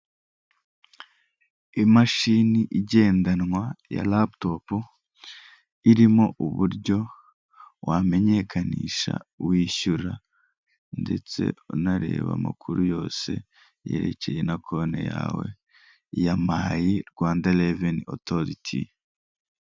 Imashini igendanwa ya laptop, irimo uburyo wamenyekanisha, wishyura ndetse unareba amakuru yose yerekeye na konti yawe ya my Rwanda Revenue Authority.